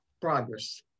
progress